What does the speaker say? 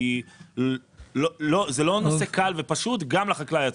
כי זה לא נושא קל ופשוט גם לחקלאי עצמו.